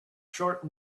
short